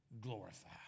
glorify